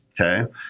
okay